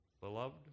beloved